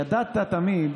ידעת תמיד